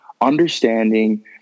understanding